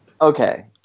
Okay